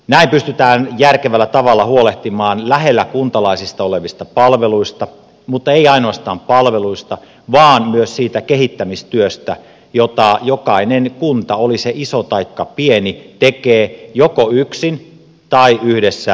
näin pystytään järkevällä tavalla huolehtimaan lähellä kuntalaisia olevista palveluista mutta ei ainoastaan palveluista vaan myös siitä kehittämistyöstä jota jokainen kunta oli se iso taikka pieni tekee joko yksin tai yhdessä naapureittensa kanssa